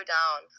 down